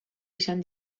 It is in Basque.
izan